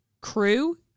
crew